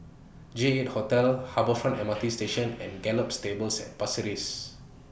J Hotel Harbour Front M R T Station and Gallop Stables At Pasir Ris